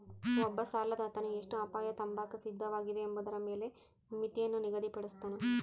ಒಬ್ಬ ಸಾಲದಾತನು ಎಷ್ಟು ಅಪಾಯ ತಾಂಬಾಕ ಸಿದ್ಧವಾಗಿದೆ ಎಂಬುದರ ಮೇಲೆ ಮಿತಿಯನ್ನು ನಿಗದಿಪಡುಸ್ತನ